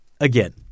again